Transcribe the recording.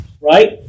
Right